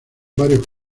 varios